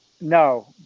no